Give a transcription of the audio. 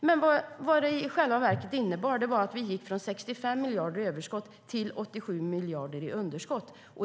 Men vad det i själva verket innebar var att vi gick från 65 miljarder i överskott till 87 miljarder i underskott.